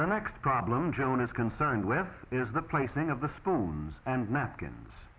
the next problem joan is concerned with is the placing of the spoons and napkins